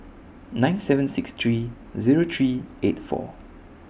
nine seven six three Zero three eight four